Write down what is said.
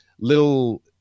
little